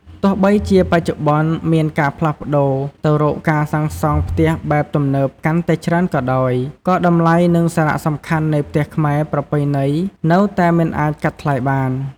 ទោះបីជាបច្ចុប្បន្ន មានការផ្លាស់ប្តូរទៅរកការសាងសង់ផ្ទះបែបទំនើបកាន់តែច្រើនក៏ដោយ ក៏តម្លៃ និងសារៈសំខាន់នៃផ្ទះខ្មែរប្រពៃណីនៅតែមិនអាចកាត់ថ្លៃបាន។